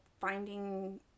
finding